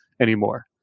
anymore